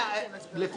זה להסתייגויות,